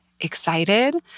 excited